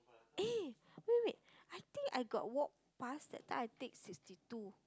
eh wait wait I think I got walk past that time I take sixty two